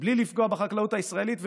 בלי לפגוע בחקלאות הישראלית,